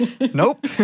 Nope